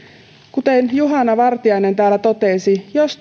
kuten juhana vartiainen täällä totesi jos